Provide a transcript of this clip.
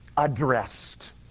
Addressed